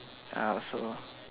ya so